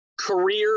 career